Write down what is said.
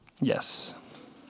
Yes